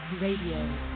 Radio